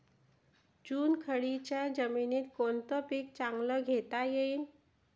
चुनखडीच्या जमीनीत कोनतं पीक चांगलं घेता येईन?